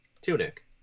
Tunic